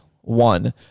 one